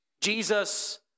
Jesus